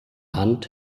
hand